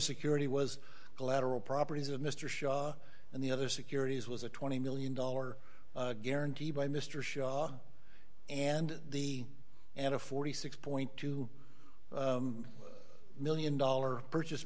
security was collateral properties of mr shaw and the other securities was a twenty million dollar guarantee by mr shaw and the and a forty six two one million dollars purchase